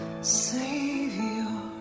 Savior